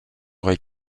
aurait